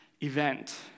event